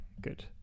Good